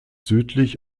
südlich